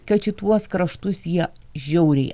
kad šituos kraštus jie žiauriai